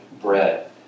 bread